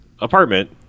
apartment